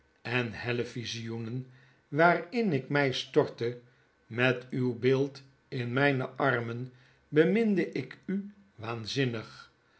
en hellen visioenen waarin ik my stortte met uw beeld in mijne armen beminde ik u waanzinnig